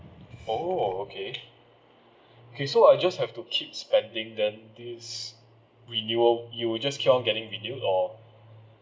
oh okay okay so I just have to keep spending then this renewal it will just keep on getting renewed or